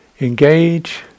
engage